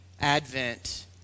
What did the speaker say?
Advent